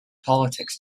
politics